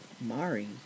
Mari